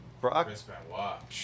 Brock